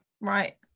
Right